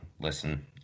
listen